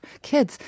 kids